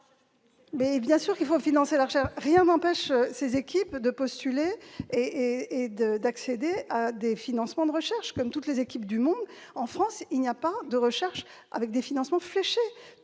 Cohen ... Il faut financer la recherche publique ! Bien sûr ! Rien n'empêche ces équipes de postuler et d'accéder à des financements de recherche, comme toutes les équipes du monde ! En France, il n'y a pas de recherche avec des financements fléchés.